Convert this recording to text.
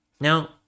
Now